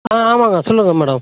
அ ஆமாங்க சொல்லுங்கள் மேடம்